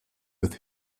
with